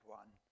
one